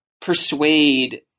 persuade